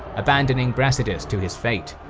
abandoning brasidas to his fate.